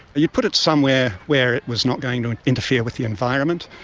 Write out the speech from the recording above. you'd put it somewhere where it was not going to interfere with the environment,